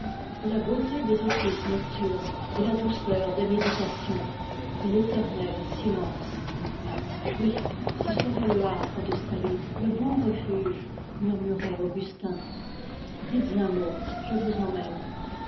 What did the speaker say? et la beauté des offices nocturnes et la douceur des méditations et le silence oui ce serait le havre du salut dites un mot je vous emmène